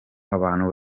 abantu